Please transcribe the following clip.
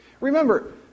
Remember